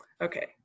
Okay